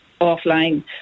offline